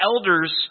elders